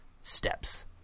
steps